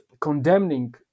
condemning